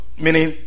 meaning